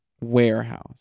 warehouse